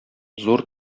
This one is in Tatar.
зур